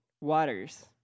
waters